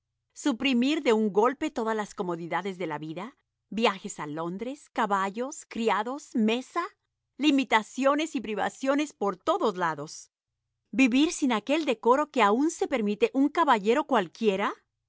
suprimir de un golpe todas las comodidades de la vida viajes a londres caballos criados mesa limitaciones y privaciones por todos lados vivir sin aquel decoro que aun se permite un caballero cualquiera